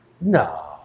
no